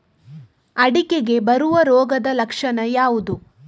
ಅಡಿಕೆಗೆ ಬರುವ ರೋಗದ ಲಕ್ಷಣ ಯಾವುದು?